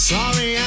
Sorry